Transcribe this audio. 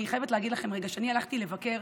אני חייבת להגיד לכם שאני הלכתי לבקר